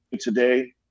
today